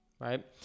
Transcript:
right